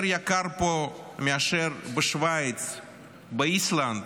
יותר יקר פה מאשר בשווייץ, באיסלנד,